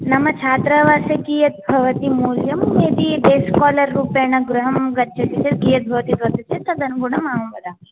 नाम छात्रावासे कीयद्भवति मूल्यं यदी डे स्कालर् रूपेण गृहं गच्छति चेत् कियद्भवति इति वदति चेत् तदनुगुणम् अहं वदामि